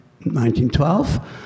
1912